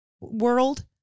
world